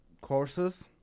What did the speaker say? courses